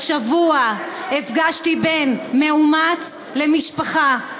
השבוע הפגשתי בין מאומץ למשפחה,